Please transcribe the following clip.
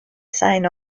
sign